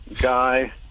Guy